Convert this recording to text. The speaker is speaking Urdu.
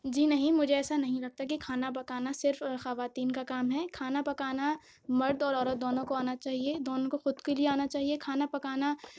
جی نہیں مجھے ایسا نہیں لگتا کہ کھانا پکانا صرف خواتین کا کام ہے کھانا پکانا مرد اور عورت دونوں کو آنا چاہیے دونوں کو خود کے لیے آنا چاہیے کھانا پکانا